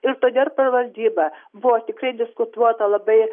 ir todėl valdyba buvo tikrai diskutuota labai